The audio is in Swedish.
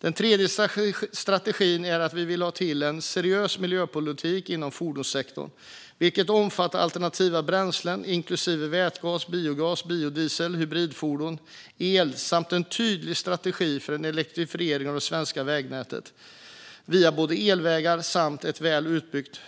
Den tredje strategin är att vi vill ha till en seriös miljöpolitik inom fordonssektorn, vilket omfattar alternativa bränslen inklusive vätgas, biogas, biodiesel, hybridfordon och el samt en tydlig strategi för en elektrifiering av det svenska vägnätet via både elvägar och ett väl utbyggt